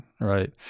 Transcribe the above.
right